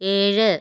ഏഴ്